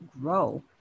grow